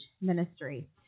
ministry